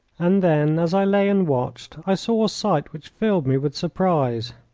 and then, as i lay and watched, i saw a sight which filled me with surprise.